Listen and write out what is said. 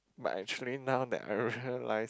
but actually now that I realized